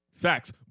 facts